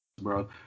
bro